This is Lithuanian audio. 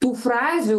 tų frazių